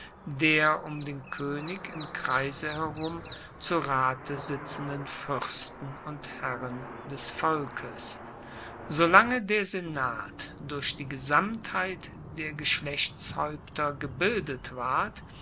der um den koenig im kreise herum zu rate sitzenden fuersten und herren des volkes solange der senat durch die gesamtheit der geschlechtshaeupter gebildet ward